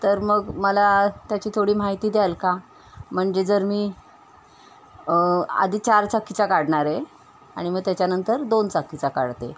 तर मग मला त्याची थोडी माहिती द्याल का म्हणजे जर मी आधी चारचाकीचा काढणार आहे आणि मग त्याच्यानंतर दोनचाकीचा काढते